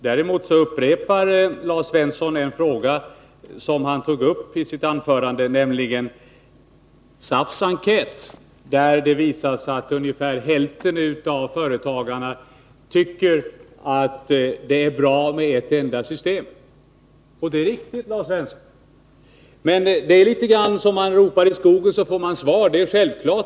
Däremot upprepar Lars Svensson en sak som han tog upp i sitt anförande, nämligen SAF:s enkät, där det visar sig att ungefär hälften av företagarna tycker att det är bra med ett enda system. Det är riktigt, Lars Svensson, men det är litet grand av att som man ropar i skogen får man svar.